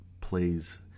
plays